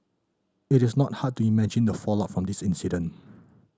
it is not hard to imagine the fallout from this incident